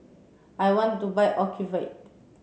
I want to buy Ocuvite